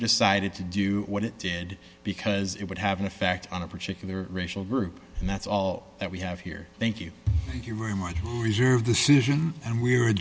decided to do what it did because it would have an effect on a particular racial group and that's all that we have here thank you thank you very much reserve decision and we were